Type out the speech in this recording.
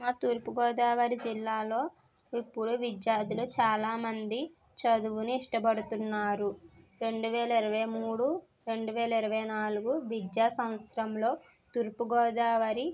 మా తూర్పుగోదావరి జిల్లాలో ఇప్పుడు విద్యార్థులు చాలా మంది చదువును ఇష్టపడుతున్నారు రెండు వేల ఇరవై మూడు రెండు వేల ఇరవై నాలుగు విద్యా సంవత్సరంలో తూర్పుగోదావరి